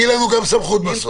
תהיה לנו גם סמכות בסוף.